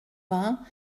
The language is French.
vingts